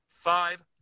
five